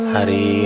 Hari